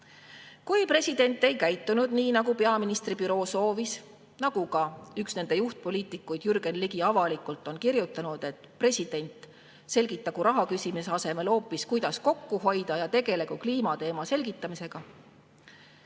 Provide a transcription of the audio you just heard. Kui president ei käitunud nii, nagu peaministri büroo soovis, siis üks nende juhtpoliitikuid Jürgen Ligi kirjutas avalikult, et president selgitagu raha küsimise asemel hoopis välja, kuidas kokku hoida, ja tegelegu kliimateema selgitamisega.